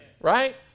right